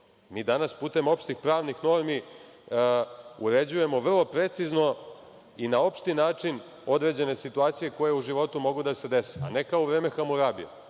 Mi danas putem opštih pravnih normi uređujemo vrlo precizno i na opšti način određene situacije koje u životu mogu da se dese, a ne kao u vreme Hamurabija.